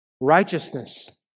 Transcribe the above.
righteousness